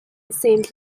saint